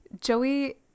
Joey